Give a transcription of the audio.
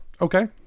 Okay